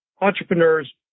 entrepreneurs